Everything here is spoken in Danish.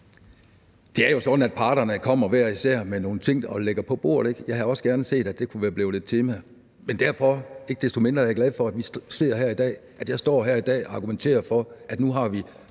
Det er jo sådan, at parterne hver især kommer med nogle ting og lægger dem på bordet. Jeg havde også gerne set, at det kunne være blevet et tema, men ikke desto mindre er jeg glad for, at vi sidder her i dag, og at jeg står her i dag og argumenterer for, at nu har vi